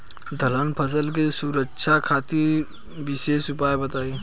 दलहन फसल के सुरक्षा खातिर विशेष उपाय बताई?